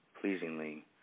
pleasingly